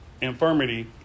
Infirmity